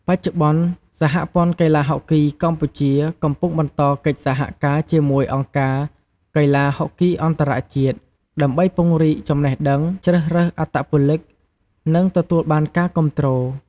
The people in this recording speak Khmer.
បច្ចុប្បន្ន សហព័ន្ធកីឡាហុកគីកម្ពុជាកំពុងបន្តកិច្ចសហការជាមួយអង្គការកីឡាហុកគីអន្តរជាតិ ដើម្បីពង្រីកចំណេះដឹង ជ្រើសរើសអត្តពលិក និងទទួលបានការគាំទ្រ។